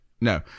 No